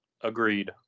Agreed